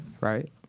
right